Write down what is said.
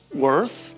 worth